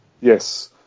Yes